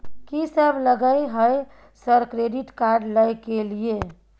कि सब लगय हय सर क्रेडिट कार्ड लय के लिए?